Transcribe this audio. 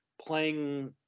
playing